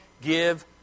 give